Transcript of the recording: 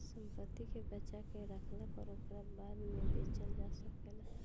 संपत्ति के बचा के रखला पअ ओके बाद में बेचल जा सकेला